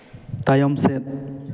ᱛᱟᱭᱚᱢ ᱥᱮᱫ